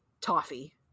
toffee